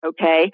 okay